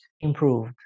improved